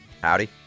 Howdy